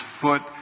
foot